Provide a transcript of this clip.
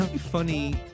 funny